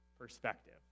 perspective